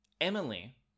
Emily